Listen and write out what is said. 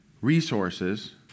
resources